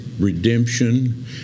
redemption